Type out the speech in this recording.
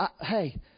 hey